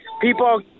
People